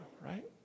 right